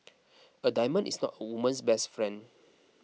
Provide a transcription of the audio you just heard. a diamond is not a woman's best friend